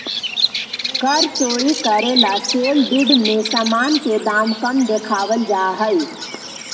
कर चोरी करे ला सेल डीड में सामान के दाम कम देखावल जा हई